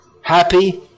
happy